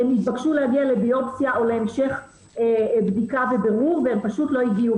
הן התבקשו להגיע לביופסיה או להמשך בדיקה ובירור והן פשוט לא הגיעו.